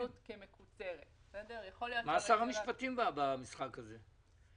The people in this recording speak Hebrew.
למה שר המשפטים במשחק הזה?